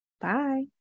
Bye